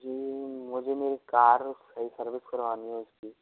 जी मुझे नई car service करवानी है उसकी